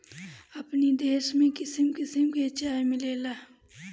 अपनी देश में किसिम किसिम के चाय मिलेला